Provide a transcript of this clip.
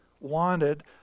wanted